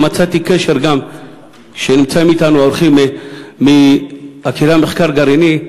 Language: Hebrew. ומצאתי קשר גם כשנמצאים אתנו האורחים מהקריה למחקר גרעני.